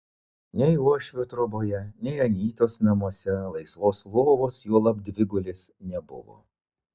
nei uošvio troboje nei anytos namuose laisvos lovos juolab dvigulės nebuvo